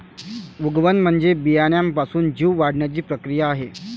उगवण म्हणजे बियाण्यापासून जीव वाढण्याची प्रक्रिया आहे